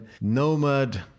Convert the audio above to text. nomad